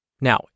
Now